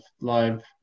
live